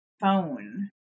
phone